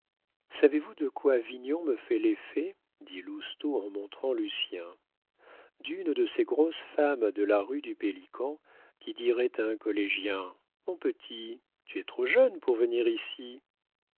savez-vous de quoi vignon me fait l'effet dit lousteau en montrant lucien d'une de ces grosses femmes de la rue du pélican qui dirait à un collégien mon petit tu es trop jeune pour venir ici